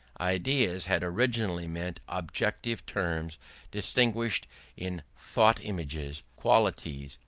ideas had originally meant objective terms distinguished in thought-images, qualities,